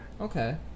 Okay